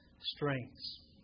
strengths